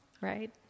right